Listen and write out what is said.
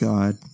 God